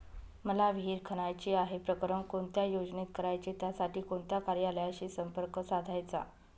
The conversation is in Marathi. मला विहिर खणायची आहे, प्रकरण कोणत्या योजनेत करायचे त्यासाठी कोणत्या कार्यालयाशी संपर्क साधायचा?